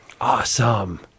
Awesome